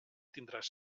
tindràs